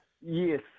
Yes